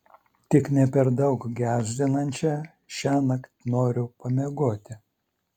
tik ne per daug gąsdinančią šiąnakt noriu pamiegoti